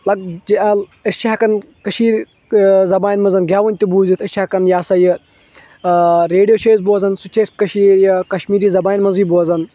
أسۍ چھِ ہیٚکان کٔشیٖرِ زَبانہِ منٛزَن گؠوُن تہِ بوٗزِتھ أسۍ چھِ ہیٚکان یا ہسا یہِ ریڈیو چھِ أسۍ بوزان سُہ چھِ أسۍ کٔشیٖرِ کشمیٖری زَبٲنۍ منٛزٕے بوزان